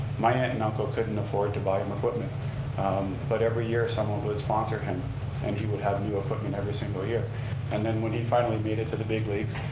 my aunt and uncle couldn't afford to buy him equipment but every year, someone would sponsor him and he would have new equipment every single year and then when he finally made it to the big leagues,